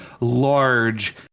large